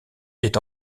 est